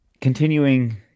Continuing